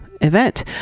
event